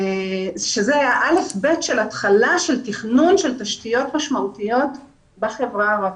שזה האל"ף-בי"ת של התחלה של תכנון של תשתיות משמעותיות בחברה הערבית.